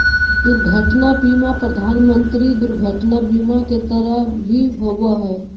दुर्घटना बीमा प्रधानमंत्री दुर्घटना बीमा के तहत भी होबो हइ